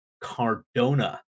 Cardona